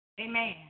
Amen